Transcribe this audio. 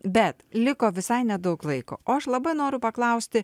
bet liko visai nedaug laiko o aš labai noriu paklausti